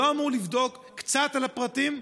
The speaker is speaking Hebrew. לא אמור לבדוק קצת על הפרטים?